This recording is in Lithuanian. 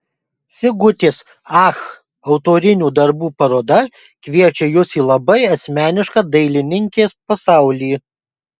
sigutės ach autorinių darbų paroda kviečia jus į labai asmenišką dailininkės pasaulį